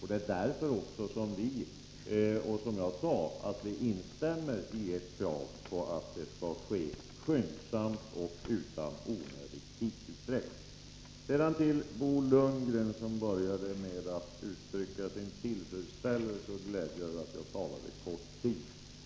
Det är också därför som vi, som jag sade, instämmer i ert krav på att det skall ske skyndsamt och utan onödig tidsutdräkt. Sedan till Bo Lundgren, som började med att uttrycka sin glädje och tillfredsställelse med att jag talade så kort tid.